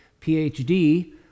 PhD